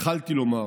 התחלתי לומר